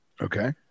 Okay